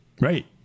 Right